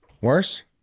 Worse